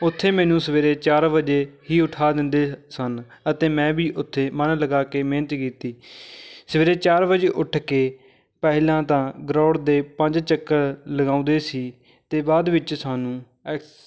ਉੱਥੇ ਮੈਨੂੰ ਸਵੇਰੇ ਚਾਰ ਵਜੇ ਹੀ ਉਠਾ ਦਿੰਦੇ ਸਨ ਅਤੇ ਮੈਂ ਵੀ ਉੱਥੇ ਮਨ ਲਗਾ ਕੇ ਮਿਹਨਤ ਕੀਤੀ ਸਵੇਰੇ ਚਾਰ ਵਜੇ ਉੱਠ ਕੇ ਪਹਿਲਾਂ ਤਾਂ ਗਰਾਊਂਡ ਦੇ ਪੰਜ ਚੱਕਰ ਲਗਾਉਂਦੇ ਸੀ ਤੇ ਬਾਅਦ ਵਿੱਚ ਸਾਨੂੰ ਐਕਸ